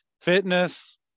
fitness